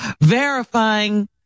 verifying